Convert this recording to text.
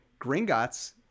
Gringotts